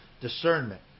discernment